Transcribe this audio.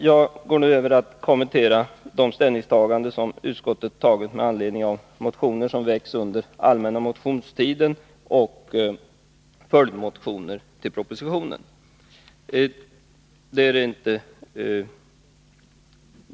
Jag går nu över till att kommentera de ställningstaganden som utskottet gjort med anledning av motioner som väckts under den allmänna motionstiden samt följdmotioner till regeringens förslag.